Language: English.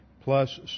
plus